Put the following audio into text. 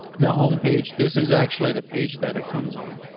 the homepage. this is actually the page that it comes on.